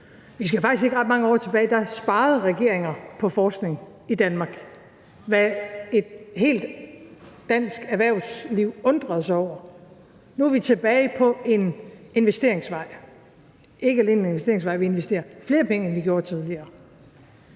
Vi skal faktisk ikke ret mange år tilbage for at se, at regeringerne sparede på forskning i Danmark, hvad et helt dansk erhvervsliv undrede sig over. Nu er vi tilbage på en investeringsvej – ikke alene en investeringsvej, vi investerer flere penge, end vi gjorde tidligere.